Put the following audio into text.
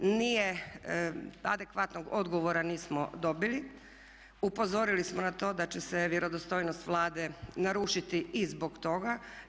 Adekvatnog odgovora nismo dobili, upozorili smo na to da će se vjerodostojnost Vlade narušiti i zbog toga.